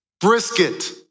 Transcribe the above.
brisket